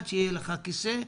עד שיהיה לך כיסא,